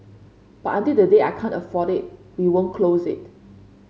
but until the day I can't afford it we won't close it